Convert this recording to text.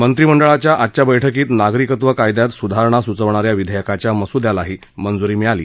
मंत्रिमंडळाच्या आजच्या बैठकीत नागरिकत्व कायदयात सुधारणा सुचवणाऱ्या विधेयकाच्या मस्द्यालाही मंजूरी मिळाली